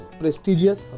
prestigious